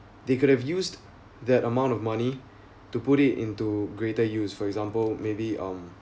they could have used that amount of money to put it into greater use for example maybe um